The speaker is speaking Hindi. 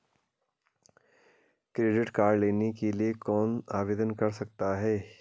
क्रेडिट कार्ड लेने के लिए कौन आवेदन कर सकता है?